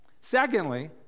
secondly